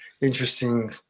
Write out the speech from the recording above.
interesting